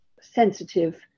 sensitive